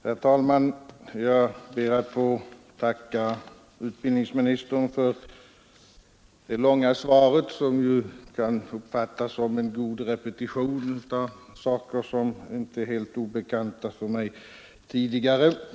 Herr talman! Jag ber att få tacka utbildningsministern för det långa svaret som kan uppfattas som en god repetition av saker som inte är helt obekanta för mig tidigare.